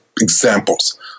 examples